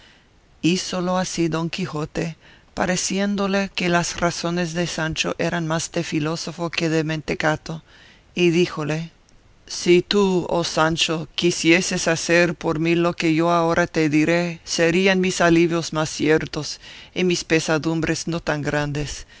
más aliviado hízolo así don quijote pareciéndole que las razones de sancho más eran de filósofo que de mentecato y díjole si tú oh sancho quisieses hacer por mí lo que yo ahora te diré serían mis alivios más ciertos y mis pesadumbres no tan grandes